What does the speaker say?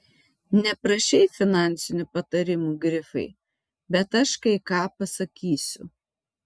neprašei finansinių patarimų grifai bet aš kai ką pasakysiu